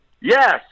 Yes